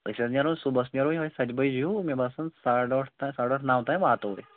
أسۍ حظ نیرو صُبحَس نیرو یہوٚے سَتہِ بَجہِ ہیوٗ مےٚ باسان ساڑٕ ٲٹھ تام ساڑٕ ٲٹھ نَو تام واتو أسۍ